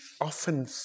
often